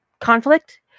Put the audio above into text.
conflict